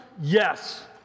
yes